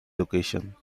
location